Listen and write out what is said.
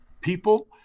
people